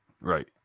Right